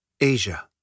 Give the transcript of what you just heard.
Asia